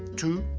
two,